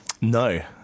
No